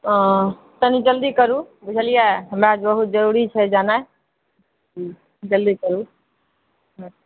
ओ कनि जल्दी करु बुझलियै हमरा बहुत जरुरी छै जेनाइ जल्दी करु